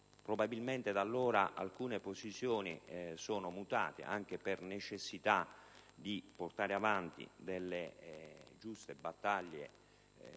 Probabilmente da allora alcune posizioni sono mutate anche per la necessità di portare avanti delle giuste battaglie